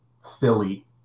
silly